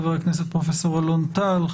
חבר הכנסת פרופ' אלון טל,